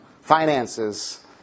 finances